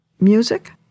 Music